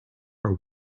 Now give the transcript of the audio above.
are